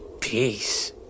Peace